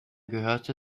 gehörte